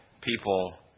people